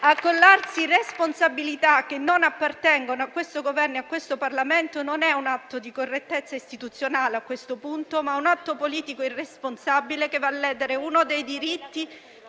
Accollarsi responsabilità che non appartengono a questo Governo e a questo Parlamento non è un atto di correttezza istituzionale, a questo punto, ma un atto politico irresponsabile che va a ledere uno dei diritti